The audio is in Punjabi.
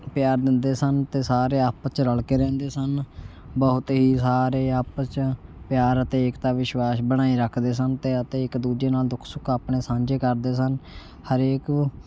ਪਿਆਰ ਦਿੰਦੇ ਸਨ ਅਤੇ ਸਾਰੇ ਆਪਸ 'ਚ ਰਲ ਕੇ ਰਹਿੰਦੇ ਸਨ ਬਹੁਤ ਹੀ ਸਾਰੇ ਆਪਸ 'ਚ ਪਿਆਰ ਅਤੇ ਏਕਤਾ ਵਿਸ਼ਵਾਸ ਬਣਾਈ ਰੱਖਦੇ ਸਨ ਅਤੇ ਅਤੇ ਇੱਕ ਦੂਜੇ ਨਾਲ ਦੁੱਖ ਸੁੱਖ ਆਪਣੇ ਸਾਂਝੇ ਕਰਦੇ ਸਨ ਹਰੇਕ